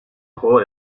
juego